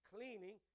Cleaning